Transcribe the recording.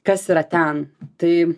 kas yra ten tai